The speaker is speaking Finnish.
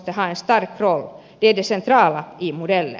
det är det centrala i modellen